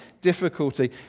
difficulty